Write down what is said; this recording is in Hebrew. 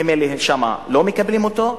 ממילא שם לא מקבלים אותו,